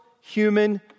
human